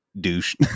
douche